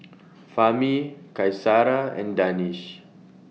Fahmi Qaisara and Danish